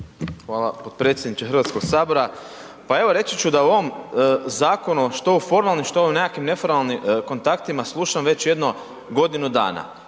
Hvala potpredsjedniče Hrvatskog sabora. Pa evo reći ću da u ovom zakonu što u formalnim, što u nekakvim neformalnim kontaktima slušam već jedno godinu dana.